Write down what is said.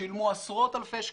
שילמו עשרות אלפי שקלים,